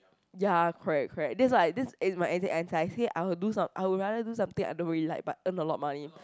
ya correct correct that's what I this is my I would do some~ I would rather do something I don't really like but earn a lot of money